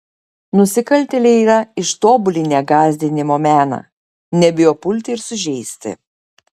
nusikaltėliai yra ištobulinę gąsdinimo meną nebijo pulti ir sužeisti